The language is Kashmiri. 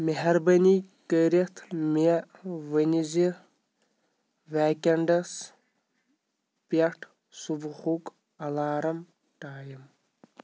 مہربٲنی کٔرِتھ مےٚ ؤنۍزِ ویکٮ۪نڈس پٮ۪ٹھ صبحُک الارم ٹایِم